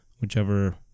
whichever